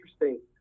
interesting